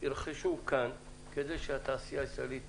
ירכשו כאן כדי שהתעשייה הישראלית